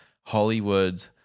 Hollywood